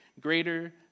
greater